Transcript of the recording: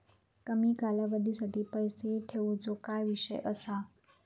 कमी कालावधीसाठी पैसे ठेऊचो काय विषय असा?